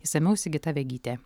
išsamiau sigita vegytė